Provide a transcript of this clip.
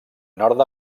nord